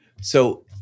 So-